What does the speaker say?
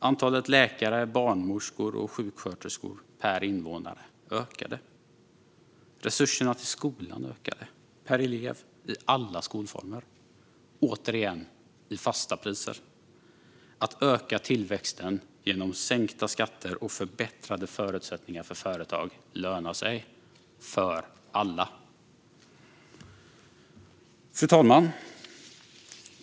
Antalet läkare, barnmorskor och sjuksköterskor per invånare ökade. Resurserna till skolan ökade per elev, i alla skolformer, återigen i fasta priser. Att öka tillväxten genom sänkta skatter och förbättrade förutsättningar för företag lönar sig - för alla. Fru talman!